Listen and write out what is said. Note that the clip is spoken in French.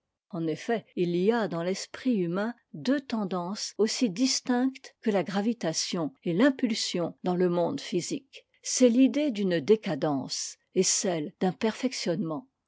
en effet il y a dans l'esprit humain deux tendances aussi distinctes que la gravitation et l'impulsion dans le monde physique c'est l'idée d'une décadence et celle d'un perfectionnement